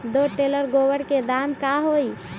दो टेलर गोबर के दाम का होई?